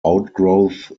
outgrowth